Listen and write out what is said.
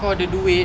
kau ada duit